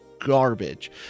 garbage